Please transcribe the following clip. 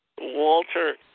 Walter